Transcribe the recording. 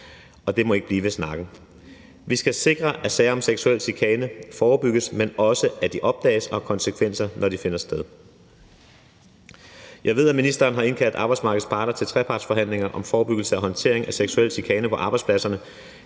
og det må ikke blive ved snakken. Vi skal sikre, at sager om seksuel chikane forebygges, men også at de opdages og har konsekvenser, når de finder sted. Jeg ved, at ministeren har indkaldt arbejdsmarkedets parter til trepartsforhandlinger om forebyggelse og håndtering af seksuel chikane på arbejdspladserne.